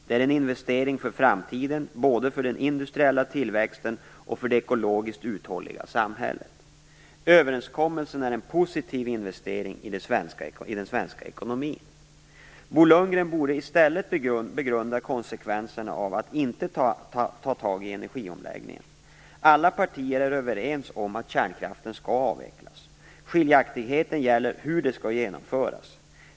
Det är en investering för framtiden, både för den industriella tillväxten och för det ekologiskt uthålliga samhället. Överenskommelsen är en positiv investering i den svenska ekonomin. Bo Lundgren borde i stället begrunda konsekvenserna av att inte ta tag i energiomläggningen. Alla partier är överens om att kärnkraften skall avvecklas. Skiljaktigheterna gäller hur det skall genomföras.